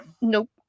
Nope